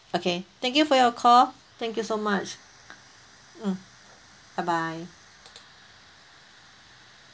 okay thank you for your call thank you so much mm bye bye